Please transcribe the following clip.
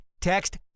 text